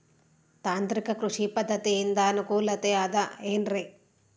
ತಾಂತ್ರಿಕ ಕೃಷಿ ಪದ್ಧತಿಯಿಂದ ಅನುಕೂಲತೆ ಅದ ಏನ್ರಿ?